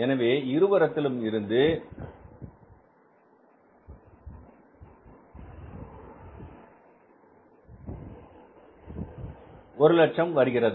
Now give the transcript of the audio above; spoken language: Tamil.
எனவே இரு புறத்தில் இருந்தும் அது ஒரு லட்சம் என்று வருகிறது